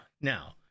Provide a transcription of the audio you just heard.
Now